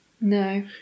No